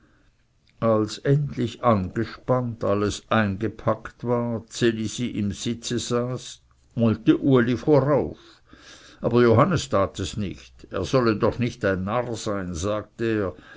als endlich angespannt alles eingepackt war ds elisi im sitz saß wollte uli vorauf aber johannes tat es nicht er solle doch nicht ein narr sein sagte er